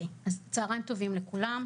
צהריים טובים לכולם,